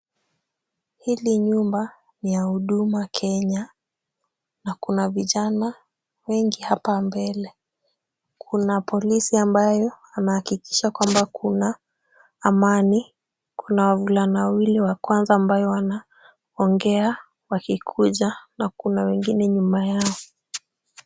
Hili nyumba ni ya huduma Kenya na kuna vijana wengi hapa mbele. Kuna polisi ambayo anahakikisha kwamba kuna amani. Kuna wavulana wawili wa kwanza ambayo wanaongea wakikuja na kuna wengine nyuma yao.